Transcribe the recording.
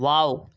wow